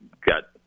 got